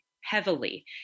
heavily